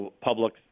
public